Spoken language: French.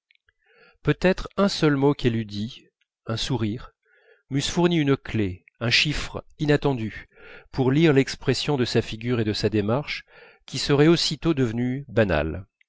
peut-être un seul mot qu'elle eût dit un sourire m'eussent fourni une clef un chiffre inattendus pour lire l'expression de sa figure et de sa démarche qui seraient aussitôt devenues banales